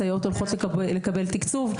הסייעות הולכות לקבל תקצוב,